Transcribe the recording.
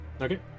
Okay